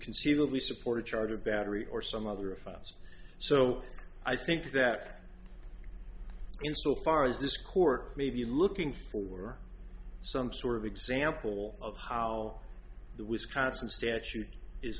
conceivably support a charter battery or some other offense so i think that in so far as this court may be looking for some sort of example of how the wisconsin statute is